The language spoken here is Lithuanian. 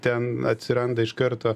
ten atsiranda iš karto